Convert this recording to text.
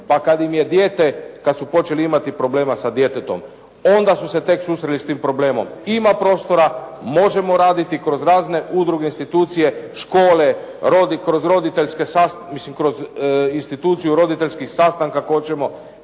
Pa kad im je dijete, kad su počeli imati problema sa djetetom, onda su se tek susreli s tim problemom. Ima prostora, možemo raditi kroz razne udruge, institucije, škole, kroz roditeljske, mislim kroz instituciju roditeljskog sastanka ako hoćemo.